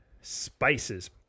spices